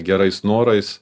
gerais norais